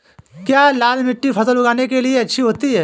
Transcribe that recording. क्या लाल मिट्टी फसल उगाने के लिए अच्छी होती है?